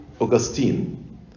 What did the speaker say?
Augustine